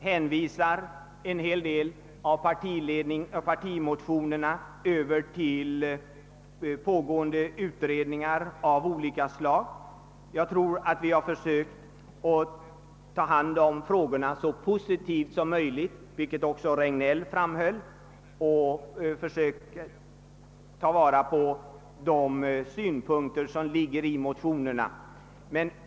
Många av partimotionerna har hänvisats till pågående utredningar av olika slag och jag tror att vi försökt att behandla frågorna så positivt som möjligt, vilket också herr Regnéll framhöll, och att vi även försökt ta vara på synpunkterna i motionerna.